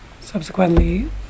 subsequently